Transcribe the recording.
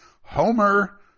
Homer